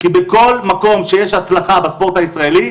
כי בכל מקום שיש הצלחה בספורט הישראלי,